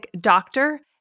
doctor